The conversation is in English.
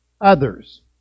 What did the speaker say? others